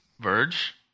Verge